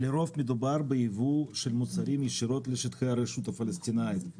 לרוב מדובר ביבוא של מוצרים ישירות לשטחי הרשות הפלסטינאית.